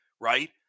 right